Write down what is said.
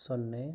ಸೊನ್ನೆ